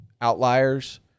outliers